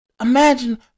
imagine